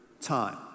time